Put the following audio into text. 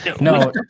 No